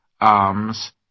arms